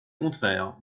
contraire